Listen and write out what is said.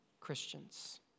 Christians